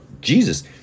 Jesus